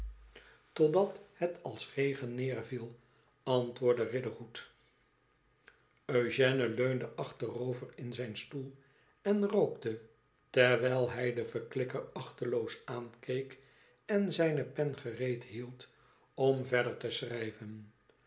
totdat het als regen neerviel antwoordde riderhood engène leunde achterover m zijn stoel en rookte terwijl hij den veruikker achteloos aankeek en zijne pen gereed hield om verder te schrijven